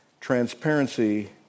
transparency